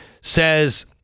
says